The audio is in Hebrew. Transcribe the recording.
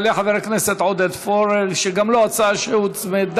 יעלה חבר הכנסת עודד פורר, שיש לו הצעה שהוצמדה